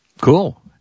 Cool